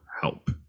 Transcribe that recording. help